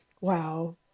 Wow